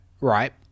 Right